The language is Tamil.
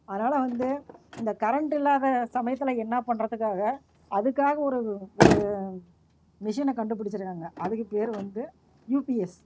அதனால் வந்து இந்த கரண்டு இல்லாத சமயத்தில் என்னாப் பண்ணுறதுக்காக அதுக்காக ஒரு ஒரு மிஷினை கண்டுபிடிச்சி இருக்காங்க அதுக்குப் பேர் வந்து யுபிஎஸ்